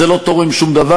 שזה לא תורם שום דבר.